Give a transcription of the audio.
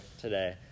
today